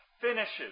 finishes